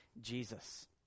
Jesus